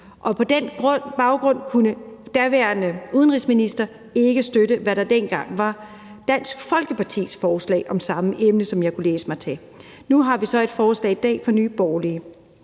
På den baggrund kunne den daværende udenrigsminister ikke støtte, hvad der dengang var Dansk Folkepartis forslag om samme emne, som jeg kunne læse mig til. Nu har vi så i dag et forslag fra Nye Borgerlige.